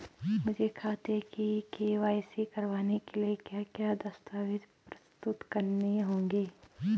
मुझे खाते की के.वाई.सी करवाने के लिए क्या क्या दस्तावेज़ प्रस्तुत करने होंगे?